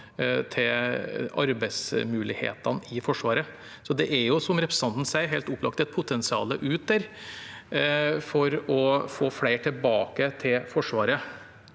til arbeidsmulighetene i Forsvaret. Det er, som representanten sier, helt opplagt et potensial der ute for å få flere tilbake til Forsvaret.